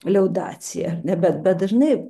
liaudaciją nebent bet dažnai